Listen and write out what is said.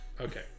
Okay